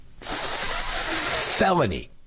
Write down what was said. felony